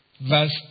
verse